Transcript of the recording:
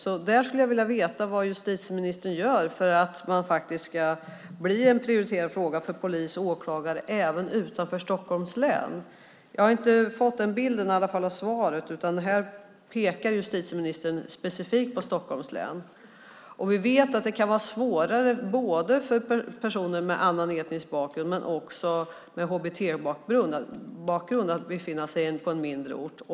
Jag skulle vilja veta vad justitieministern gör för att det ska bli en prioriterad fråga när det gäller poliser och åklagare även utanför Stockholms län, för i svaret pekar justitieministern specifikt på Stockholms län. Vi vet att det kan vara svårare för både personer med annan etnisk bakgrund och HBT-personer att befinna sig på en mindre ort.